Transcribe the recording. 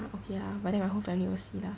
o~ okay lah but then my whole family will see lah